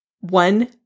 one